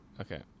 Okay